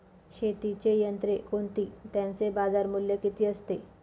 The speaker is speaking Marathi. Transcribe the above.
शेतीची यंत्रे कोणती? त्याचे बाजारमूल्य किती असते?